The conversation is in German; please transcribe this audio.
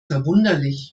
verwunderlich